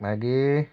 मागीर